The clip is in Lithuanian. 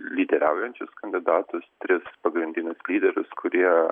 lyderiaujančius kandidatus tris pagrindinius lyderius kurie